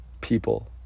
people